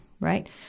right